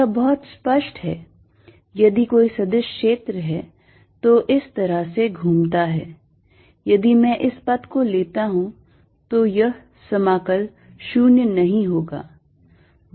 यह बहुत स्पष्ट है यदि कोई सदिश क्षेत्र है जो इस तरह से घूमता है यदि मैं इस पथ को लेता हूं तो यह समाकल शून्य नहीं होगा